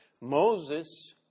Moses